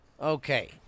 Okay